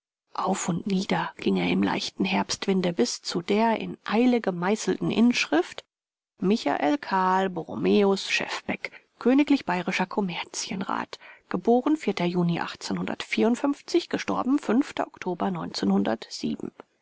auf und nieder ging er im leichten herbstwinde bis zu der in eile gemeißelten inschrift michael karl borromäus schefbeck kgl bayr kommerzienrat geboren juni